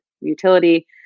utility